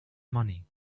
money